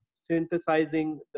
synthesizing